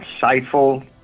insightful